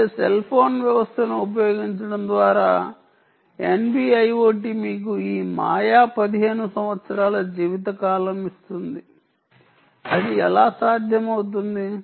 అదే cell phone వ్యవస్థలను ఉపయోగించడం ద్వారా NB IoT మీకు ఈ మాయా 15 సంవత్సరాల జీవితకాలం ఇస్తుంది అది ఎలా సాధ్యమవుతుంది